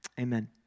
Amen